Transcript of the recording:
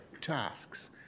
tasks